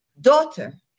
daughter